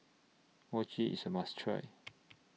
Mochi IS A must Try